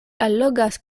allogas